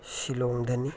ꯁꯤꯂꯣꯡꯗꯅꯤ